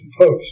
Post